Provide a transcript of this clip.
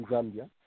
Zambia